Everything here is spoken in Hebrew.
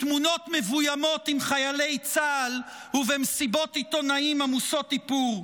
בתמונות מבוימות עם חיילי צה"ל ובמסיבות עיתונאים עמוסות איפור.